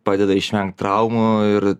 padeda išvengt traumų ir